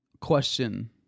question